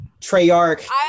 Treyarch